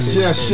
yes